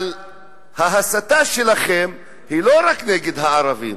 אבל ההסתה שלכם היא לא רק נגד הערבים.